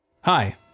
Hi